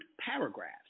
paragraphs